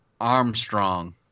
Armstrong